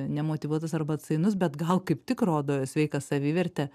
nemotyvuotas arba atsainus bet gal kaip tik rodo sveiką savivertę